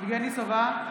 יבגני סובה,